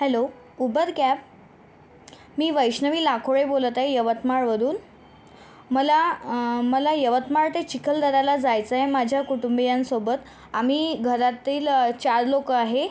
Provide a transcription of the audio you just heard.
hello Uber cab मी वैष्णवी लाखोळे बोलत आहे यवतमाळवरून मला मला यवतमाळ ते चिखलदऱ्याला जायचं आहे माझ्या कुटुंबियांसोबत आम्ही घरातील चार लोक आहे